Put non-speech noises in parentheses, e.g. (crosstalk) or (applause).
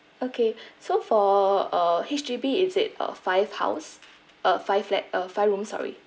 okay (breath) so for err H_D_B is it uh five house uh five flat uh five room sorry